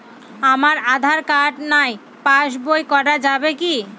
আমার আঁধার কার্ড নাই পাস বই করা যাবে কি?